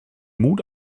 mut